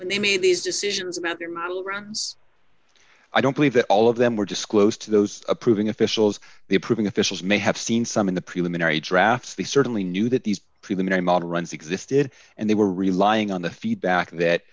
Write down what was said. and they made these decisions about their model runs i don't believe that all of them were disclosed to those approving officials the approving officials may have seen some of the preliminary drafts they certainly knew that these preliminary model runs existed and they were relying on the feedback that